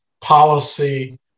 policy